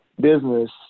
business